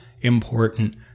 important